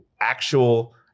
actual